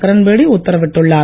கிரண்பேடி உத்தரவிட்டுள்ளார்